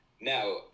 Now